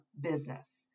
business